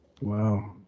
Wow